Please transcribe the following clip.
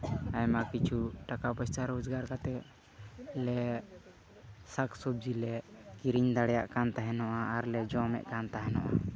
ᱟᱭᱢᱟ ᱠᱤᱪᱷᱩ ᱴᱟᱠᱟᱼᱯᱚᱭᱥᱟ ᱨᱳᱡᱽᱜᱟᱨ ᱠᱟᱛᱮᱫ ᱞᱮ ᱥᱟᱠᱼᱥᱚᱵᱡᱤ ᱞᱮ ᱠᱤᱨᱤᱧ ᱫᱟᱲᱮᱭᱟᱜ ᱠᱟᱱ ᱛᱟᱦᱮᱱᱚᱜᱼᱟ ᱟᱨᱞᱮ ᱡᱚᱢᱮᱫ ᱠᱟᱱ ᱛᱟᱦᱮᱱᱚᱜᱼᱟ